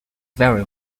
very